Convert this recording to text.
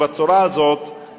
או בצורה הזאת,